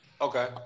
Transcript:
Okay